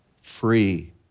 free